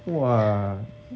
!wah!